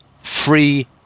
free